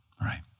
right